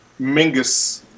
Mingus